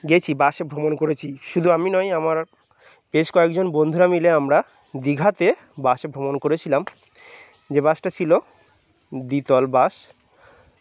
গেছি বাসে ভ্রমণ করেছি শুধু আমি নয় আমার বেশ কয়েকজন বন্ধুরা মিলে আমরা দীঘাতে বাসে ভ্রমণ করেছিলাম যে বাসটা ছিলো দ্বিতল বাস